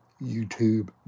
youtube